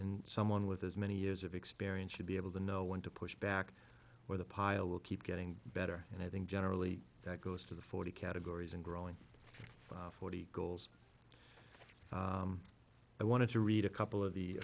and someone with as many years of experience should be able to know when to push back where the pile will keep getting better and i think generally that goes to the forty categories and growing forty goals i wanted to read a couple of the